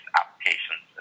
applications